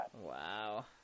Wow